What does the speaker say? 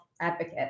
advocate